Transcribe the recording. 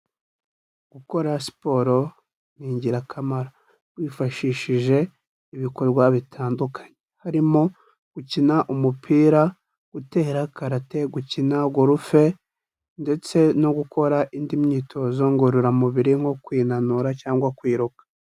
Gukora siporo ni ingirakamaro. Wifashishije ibikorwa bitandukanye, harimo gukina umupira, gutera karate, gukina Golf ndetse no gukora indi myitozo ngororamubiri nko kwinanura cyangwa kwiruka.